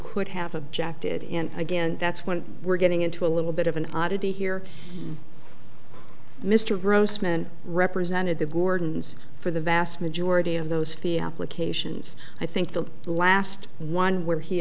could have objected and again that's what we're getting into a little bit of an oddity here mr grossman represented the gordons for the vast majority of those fia locations i think the last one where he